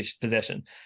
possession